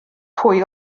pwy